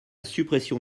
suppression